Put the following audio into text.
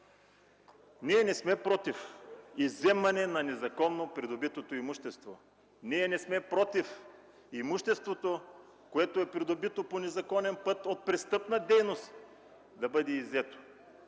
Ние не сме против изземане на незаконно придобитото имущество. Ние не сме против имуществото, което е придобито по незаконен път от престъпна дейност да бъде иззето